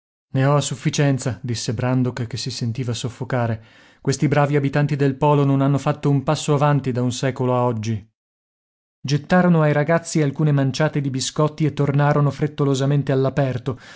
a sufficienza disse brandok che si sentiva soffocare questi bravi abitanti del polo non hanno fatto un passo avanti da un secolo a oggi gettarono ai ragazzi alcune manciate di biscotti e tornarono frettolosamente